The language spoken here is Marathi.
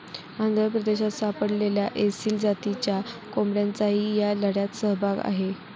आंध्र प्रदेशात सापडलेल्या एसील जातीच्या कोंबड्यांचाही या लढ्यात सहभाग आहे